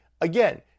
again